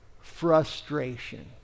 frustration